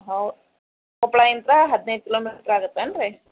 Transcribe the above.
how Koppal ಇಂದ ಹದಿನೈದು kilometre ಆಗತ್ತೇನು ರೀ